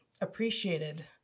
appreciated